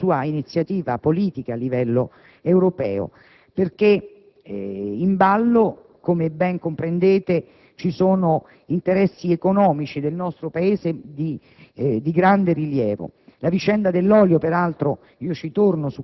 che fa sì che l'Italia persista con la sua iniziativa politica a livello europeo. In ballo, come ben comprendete, ci sono interessi economici del nostro Paese di grande rilievo.